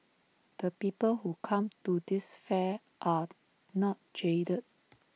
the people who come to this fair are not jaded